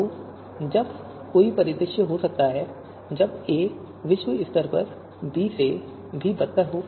तो जब कोई परिदृश्य हो सकता है जब a विश्व स्तर पर b से भी बदतर हो